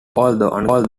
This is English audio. although